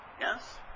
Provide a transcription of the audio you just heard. yes